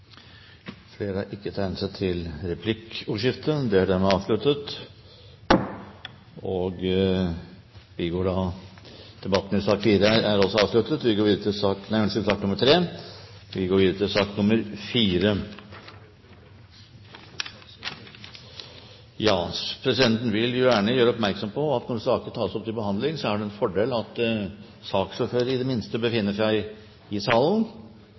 Flere har ikke bedt om ordet til sak nr. 3. Presidenten vil gjøre oppmerksom på at når saker tas opp til behandling, er det en fordel at i det minste saksordføreren befinner seg i salen.